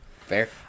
Fair